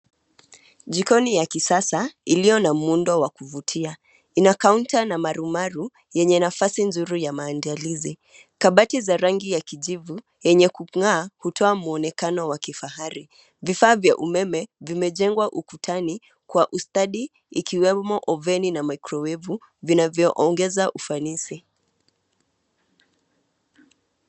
Jikoni ya kisasa iliyo na muundo wa kuvutia, ina kaunta na marumaru yenye nafasi nzuri ya maandalizi. Kabati za rangi ya kijivu yenye kung'aa hutoa mwonekano wa kifahari. Vifaa vya umeme vimejengwa ukutani kwa ustadi ikiwemo oveni na maikrowevu vinavyoongeza ufanisi.